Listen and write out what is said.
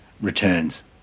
returns